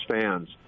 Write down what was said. fans